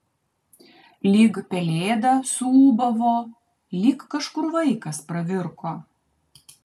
lyg pelėda suūbavo lyg kažkur vaikas pravirko